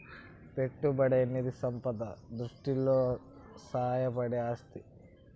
పెట్టుబడనేది సంపద సృష్టిలో సాయపడే ఆస్తి